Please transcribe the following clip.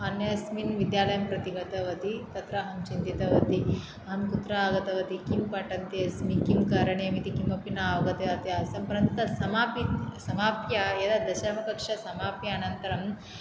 अन्यस्मिन् विद्यालयं प्रतिगतवती तत्र अहं चिन्तितवती अहं कुत्र आगतवती किं पठन्ती अस्मि किं करणीयम् इति किमपि न अवगत आसम् परन्तु समापि समाप्य यदा दशमकक्षासमाप्यानन्तरं